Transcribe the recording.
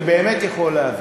אני באמת יכול להבין,